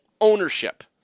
ownership